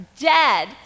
dead